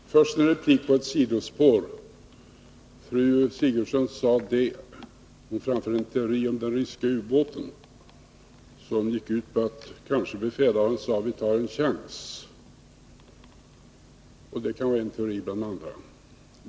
Fru talman! Först en replik på ett sidospår. Fru Sigurdsen framförde i fråga om den ryska ubåten en teori, som gick ut på att befälhavaren kanske sade: Vi tar en chans. Det kan vara en teori bland andra.